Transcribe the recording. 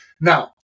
Now